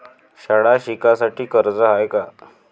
शाळा शिकासाठी कर्ज हाय का?